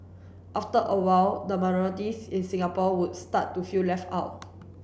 after a while the minorities in Singapore would start to feel left out